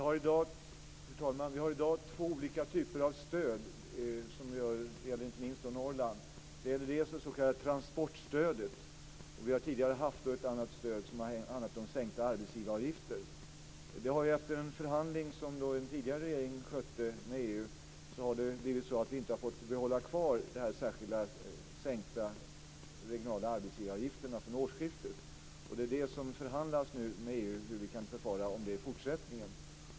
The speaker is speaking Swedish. Fru talman! Det finns två olika typer av stöd som gäller inte minst Norrland. Först har vi det s.k. transportstödet. Sedan har vi tidigare haft ett annat stöd som handlade om sänkta arbetsgivaravgifter. Efter en förhandling med EU som en tidigare regering skötte har det blivit så att vi inte har fått behålla de särskilda sänkta regionala arbetsgivaravgifterna från årsskiftet. Nu förhandlar vi med EU om hur vi ska förfara med detta i fortsättningen.